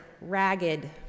ragged